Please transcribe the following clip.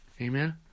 Amen